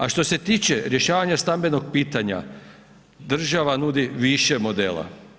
A što se tiče rješavanja stambenog pitanja, država nudi više modela.